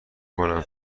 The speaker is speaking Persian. کنم